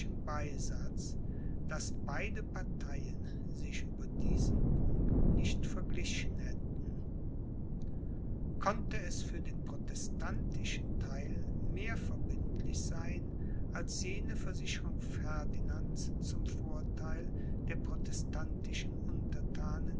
beisatz daß beide parteien sich über diesen punkt nicht verglichen hätten konnte er für den protestantischen theil mehr verbindlich sein als jene versicherung ferdinands zum vortheil der protestantischen unterthanen